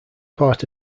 part